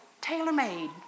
tailor-made